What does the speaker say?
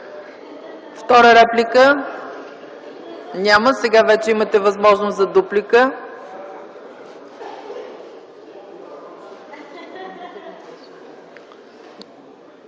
Втора реплика? Няма. Сега вече имате възможност за дуплика.